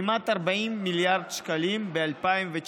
כמעט 40 מיליארד שקלים ב-2019.